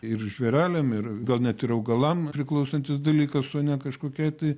ir žvėreliam ir gal net ir augalam priklausantis dalykas o ne kažkokiai tai